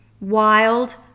wild